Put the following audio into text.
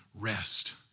rest